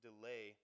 delay